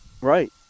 right